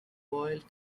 boiled